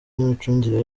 n’imicungire